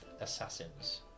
assassins